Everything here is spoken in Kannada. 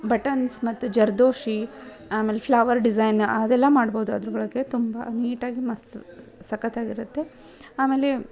ಬಟನ್ಸ್ ಮತ್ತು ಜರ್ದೋಷಿ ಆಮೇಲೆ ಫ್ಲವರ್ ಡಿಝೈನ್ ಅದೆಲ್ಲ ಮಾಡ್ಬೋದು ಅದ್ರ ಒಳಗೆ ತುಂಬ ನೀಟಾಗಿ ಮಸ್ತು ಸಕತ್ತಾಗಿರುತ್ತೆ ಆಮೇಲೆ